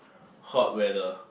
hot weather